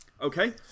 Okay